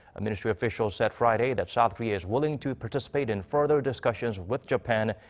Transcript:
a ministry official said friday that south korea is willing to participate in further discussions with japan.